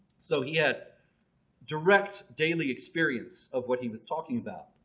so he had direct daily experience of what he was talking about.